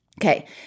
Okay